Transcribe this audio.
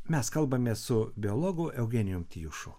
mes kalbame su biologu eugenijum tijušu